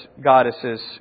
goddesses